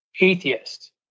atheist